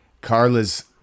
Carla's